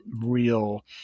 real